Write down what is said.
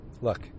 Look